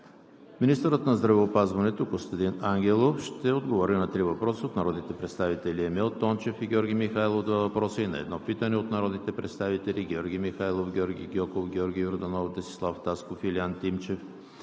Министърът на здравеопазването Костадин Ангелов ще отговори на три въпроса от народните представители Емил Тончев; и Георги Михайлов (два въпроса) и на едно питане от народните представители Георги Михайлов, Георги Гьоков, Георги Йорданов, Десислав Тасков, Илиян Тимчев,